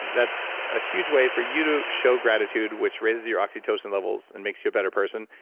that's a huge way for you to show gratitude, which raises your oxytocin levels and makes you a better person.